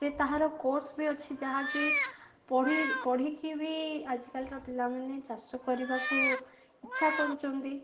ରେ ତାହାର କୋର୍ସ ବି ଅଛି ଯାହାକି ପଢ଼ି ପଢ଼ିକି ବି ଆଜିକାଲିର ପିଲାମାନେ ଚାଷ କରିବାକୁ ଇଚ୍ଛା କରୁଛନ୍ତି